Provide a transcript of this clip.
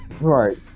Right